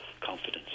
confidence